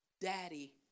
daddy